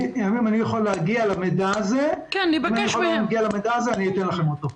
אם אגיע למידע הזה, אתן לכם אותו.